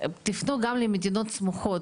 תפנו גם למדינות סמוכות,